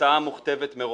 שהתוצאה מוכתבת מראש.